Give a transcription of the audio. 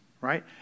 right